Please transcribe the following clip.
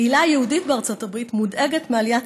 הקהילה היהודית בארצות הברית מודאגת מעליית